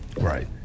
Right